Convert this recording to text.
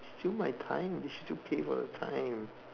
steal my time they should still pay for the time